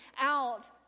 out